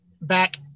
back